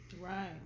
Right